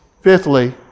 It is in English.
Fifthly